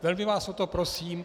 Velmi vás o to prosím.